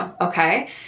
okay